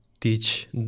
teach